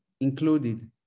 included